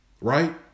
Right